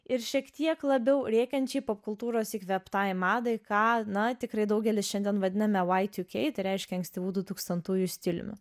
ir šiek tiek labiau rėkiančiai popkultūros įkvėptai madai ką ną tikrai daugelis šiandien vadiname y two k tai reiškia ankstyvų du tūkstantųjų stiliumi